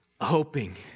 Hoping